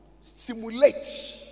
stimulate